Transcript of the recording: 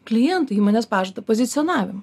klientų įmonės pažadą pozicionavimą